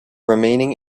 remaining